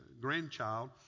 grandchild